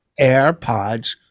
AirPods